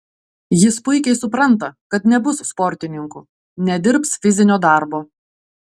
jis puikiai supranta kad nebus sportininku nedirbs fizinio darbo